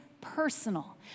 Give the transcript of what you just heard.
personal